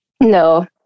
no